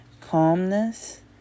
calmness